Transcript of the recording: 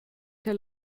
che